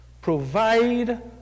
provide